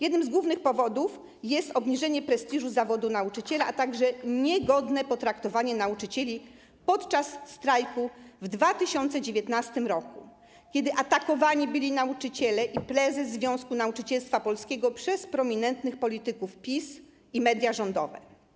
Jednym z głównych powodów jest obniżenie prestiżu zawodu nauczyciela, a także niegodne potraktowanie nauczycieli podczas strajku w 2019 r., kiedy atakowani byli nauczyciele i prezes Związku Nauczycielstwa Polskiego przez prominentnych polityków PiS i media rządowe.